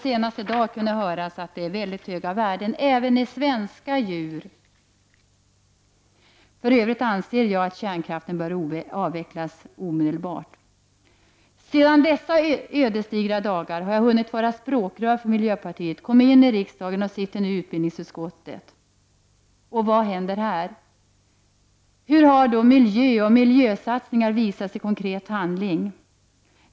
Senast i dag fick vi höra att det är mycket höga värden även i svenska djur. För övrigt anser jag att kärnkraften bör avvecklas omedelbart. Sedan dessa ödesdigra dagar har jag hunnit vara språkrör för miljöpartiet och komma in i riksdagen — och jag sitter nu i utbildningsutskottet. Och vad händer här? Hur har då miljösatsningar visats i konkret handling?